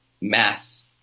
mass